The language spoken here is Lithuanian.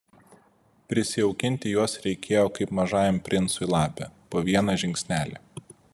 prisijaukinti juos reikėjo kaip mažajam princui lapę po vieną žingsnelį